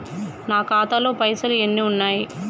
నా ఖాతాలో పైసలు ఎన్ని ఉన్నాయి?